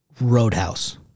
Roadhouse